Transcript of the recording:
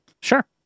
Sure